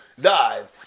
dive